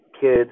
kids